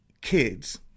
kids